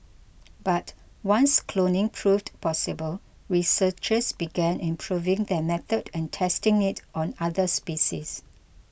but once cloning proved possible researchers began improving their method and testing it on other species